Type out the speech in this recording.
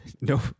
No